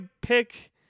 pick